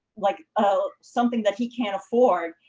like ah something that he can't afford,